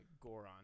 Goron